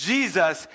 Jesus